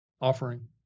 offering